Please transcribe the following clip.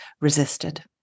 resisted